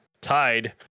tied